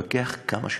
נתווכח כמה שנרצה,